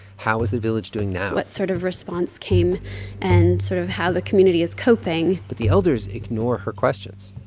how was the village doing now? what sort of response came and sort of how the community is coping but the elders ignore her questions.